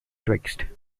twixt